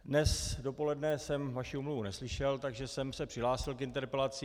Dnes dopoledne jsem vaši omluvu neslyšel, takže jsem se přihlásil k interpelacím.